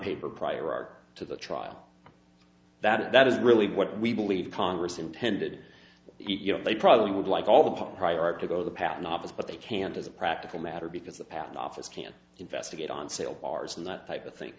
paper prior art to the trial that is really what we believe congress intended you know they probably would like all the prior art to go to the patent office but they can't as a practical matter because the patent office can investigate on sale cars and that type of thing